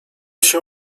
się